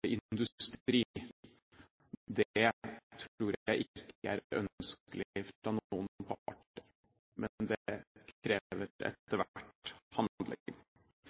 tror jeg ikke er ønskelig fra noen parter, men det krever etter hvert